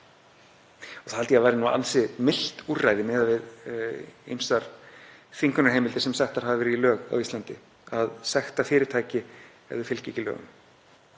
Það held ég að væri nú ansi milt úrræði miðað við ýmsar þvingunarheimildir sem settar hafa verið í lög á Íslandi, að sekta fyrirtæki ef þau fylgja ekki lögum.